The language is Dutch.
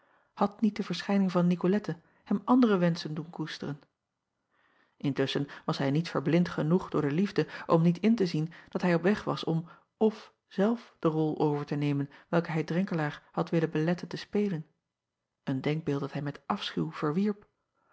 had niet de verschijning van icolette hem andere wenschen doen koesteren ntusschen was hij niet verblind genoeg door de liefde om niet in te zien dat hij op weg was om f zelf de rol over te nemen welke hij renkelaer had willen beletten te spelen een denkbeeld dat hij met afschuw verwierp